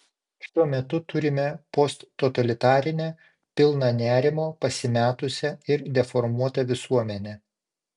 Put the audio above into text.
šiuo metu turime posttotalitarinę pilną nerimo pasimetusią ir deformuotą visuomenę